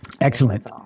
excellent